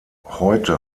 heute